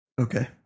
Okay